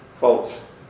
Folks